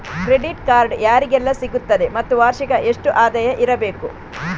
Credit card ಯಾರಿಗೆಲ್ಲ ಸಿಗುತ್ತದೆ ಮತ್ತು ವಾರ್ಷಿಕ ಎಷ್ಟು ಆದಾಯ ಇರಬೇಕು?